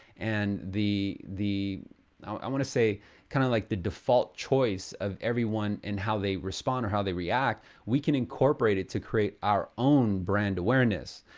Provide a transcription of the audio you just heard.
and the the i want to say kind of like, the default choice of everyone in how they respond or how they react, we can incorporate it to create our own brand awareness.